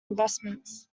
investments